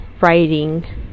writing